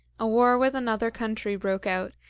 a war with another country broke out,